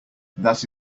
that